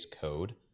code